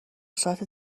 سرعت